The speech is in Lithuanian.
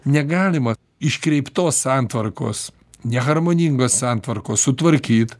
negalima iškreiptos santvarkos neharmoningos santvarkos sutvarkyt